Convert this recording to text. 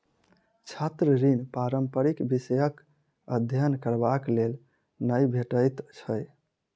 छात्र ऋण पारंपरिक विषयक अध्ययन करबाक लेल नै भेटैत छै